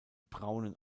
braunen